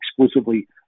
exclusively